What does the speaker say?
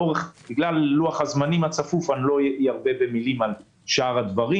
בגלל לוח הזמנים הצפוף לא ארבה במילים על שאר הדברים.